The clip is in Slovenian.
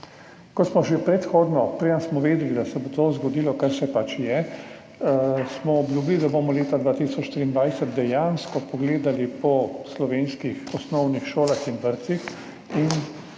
Kot smo že predhodno, preden smo vedeli, da se bo to zgodilo, kar se pač je, obljubili, da bomo leta 2023 dejansko pogledali po slovenskih osnovnih šolah in vrtcih in